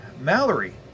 Mallory